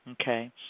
Okay